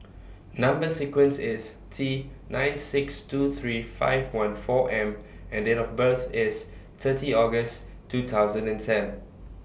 Number sequence IS T nine six two three five one four M and Date of birth IS thirty August two thousand and ten